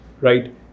right